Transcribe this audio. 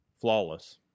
flawless